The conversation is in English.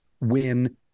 win